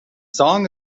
song